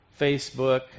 Facebook